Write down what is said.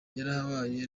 yarabaye